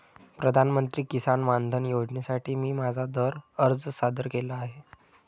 प्रधानमंत्री किसान मानधन योजनेसाठी मी माझा अर्ज सादर केला आहे